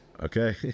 okay